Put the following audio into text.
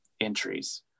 entries